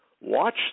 Watch